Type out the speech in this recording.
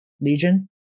legion